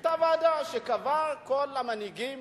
היתה ועדה, שקבעה שכל המנהיגים,